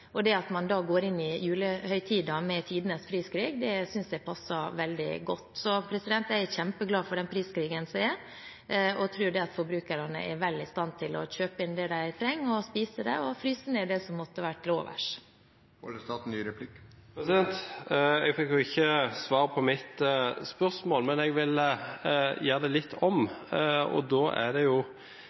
går inn i julehøytiden med tidenes priskrig, passer veldig godt. Jeg er kjempeglad for priskrigen og tror at forbrukerne er vel i stand til å kjøpe inn det de trenger, spise det og fryse ned det som blir til overs. Jeg fikk ikke svar på mitt spørsmål, men jeg vil gjøre det litt om. Det er